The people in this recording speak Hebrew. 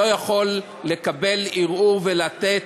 לא יכול לקבל ערעור ולתת,